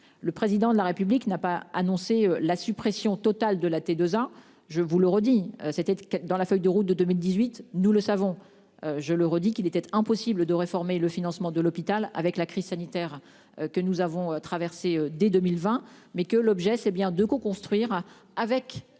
Le président de la République n'a pas annoncé la suppression totale de la T2A, je vous le redis, c'était dans la feuille de route de 2018, nous le savons. Je le redis, qu'il était impossible de réformer le financement de l'hôpital avec la crise sanitaire que nous avons traversé dès 2020 mais que l'objet c'est bien de construire avec les